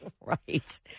Right